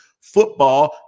football